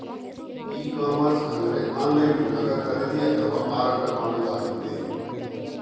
E commerce ಅಂದ್ರೆ online ಮೂಲಕ ಖರೀದಿ ಅಥವಾ ಮಾರಾಟ ಮಾಡುದಾಗಿದೆ